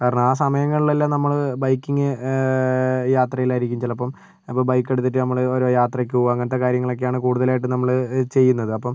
കാരണം ആ സമയങ്ങളിലെല്ലാം നമ്മള് ബൈക്കിംഗ് യാത്രയിലായിരിക്കും ചിലപ്പം ഇപ്പോൾ ബൈക്ക് എടുത്തിട്ട് നമ്മള് ഒരോ യാത്രയ്ക്ക് പോകുക അങ്ങനത്തെ കാര്യങ്ങളാണ് കൂടുതലായിട്ട് നമ്മള് ചെയ്യുന്നത് അപ്പം